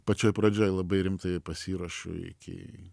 pačioj pradžioj labai rimtai pasiruošiu iki